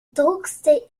druckste